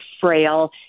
frail